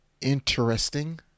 interesting